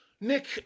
Nick